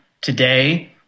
today